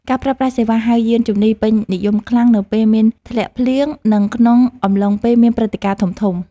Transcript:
ការប្រើប្រាស់សេវាហៅយានជំនិះ ពេញនិយមខ្លាំងនៅពេលមានធ្លាក់ភ្លៀង និងក្នុងអំឡុងពេលមានព្រឹត្តិការណ៍ធំៗ។